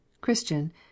Christian